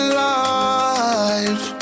life